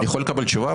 אני יכול לקבל תשובה?